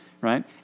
Right